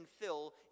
fill